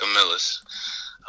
Camillus